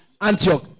Antioch